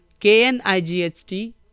K-N-I-G-H-T